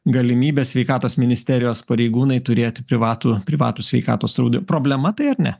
galimybę sveikatos ministerijos pareigūnai turėti privatų privatų sveikatos draudimą problema tai ar ne